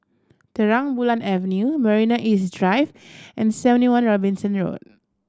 Terang Bulan Avenue Marina East Drive and Seventy One Robinson Road